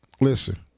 Listen